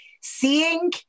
Seeing